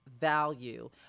value